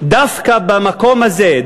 דווקא במקום הזה,